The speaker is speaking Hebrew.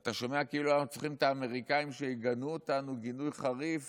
אתה שומע כאילו היום אנחנו צריכים את האמריקאים שיגנו אותנו גינוי חריף